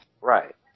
Right